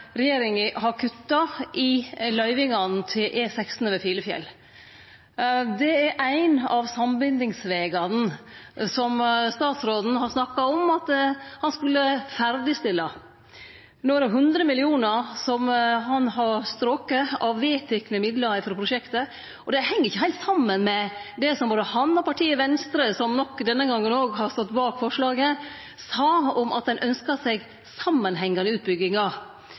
regjeringa har kutta i løyvingane til E16 over Filefjell. Det er ein av sambindingsvegane som statsråden har snakka om at han skulle ferdigstille. No har han stroke 100 mill. kr av vedtekne midlar frå prosjektet, og det heng ikkje heilt saman med det som både han og partiet Venstre, som nok denne gongen òg har stått bak forslaget, sa om at ein ønskte seg samanhengande utbyggingar.